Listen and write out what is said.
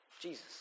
Jesus